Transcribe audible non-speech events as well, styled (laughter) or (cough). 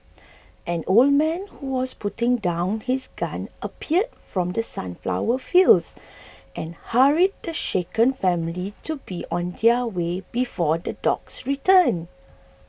an old man who was putting down his gun appeared from the sunflower fields (noise) and hurried the shaken family to be on their way before the dogs return